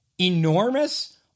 enormous